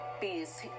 peace